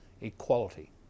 equality